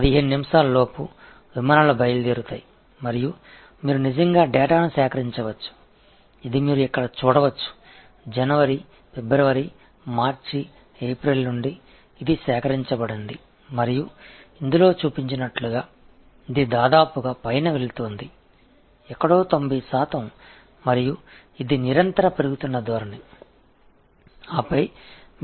எனவே 15 நிமிடங்களுக்குள் புறப்படும் விமானங்கள் மற்றும் நீங்கள் உண்மையில் க்வாலிடியை சேகரிக்கலாம் இதை நீங்கள் இங்கே பார்க்க முடியும் ஜனவரி பிப்ரவரி மார்ச் ஏப்ரல் முதல் இது சேகரிக்கப்பட்டது அது காண்பிக்கிறபடி அது கிட்டத்தட்ட மேலே செல்கிறது எங்கோ 90 சதவிகிதம் மற்றும் அது தொடர்ந்து அதிகரித்து வரும் போக்கு